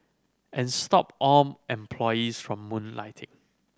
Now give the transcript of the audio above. and stop all employees from moonlighting